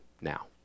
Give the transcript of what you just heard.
now